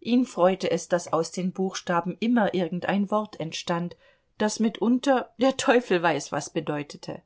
ihn freute es daß aus den buchstaben immer irgendein wort entstand das mitunter der teufel weiß was bedeutete